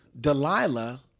Delilah